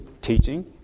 teaching